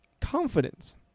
confidence